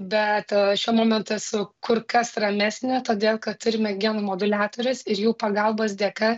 bet šiuo momentu esu kur kas ramesnė todėl kad turime genų moduliatorius ir jų pagalbos dėka